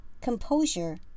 Composure